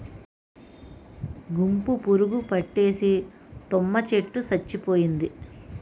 గుంపు పురుగు పట్టేసి తుమ్మ చెట్టు సచ్చిపోయింది